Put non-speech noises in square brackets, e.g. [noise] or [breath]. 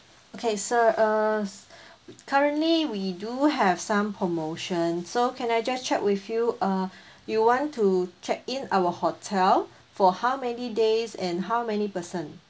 okay sir uh [breath] currently we do have some promotion so can I just check with you uh [breath] you want to check-in our hotel for how many days and how many person